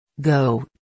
go